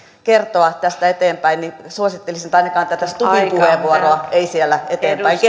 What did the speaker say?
kertoa tästä eteenpäin niin suosittelisin että ainakaan tätä stubbin puheenvuoroa ei siellä eteenpäin